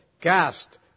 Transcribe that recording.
Cast